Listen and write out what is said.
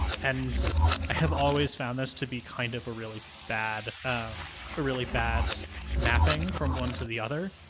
and i have always found this to be kind of a really bad ah really bad mapping from one to the other.